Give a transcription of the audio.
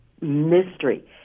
Mystery